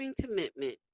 commitment